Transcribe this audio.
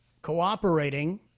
cooperating